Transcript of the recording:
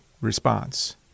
response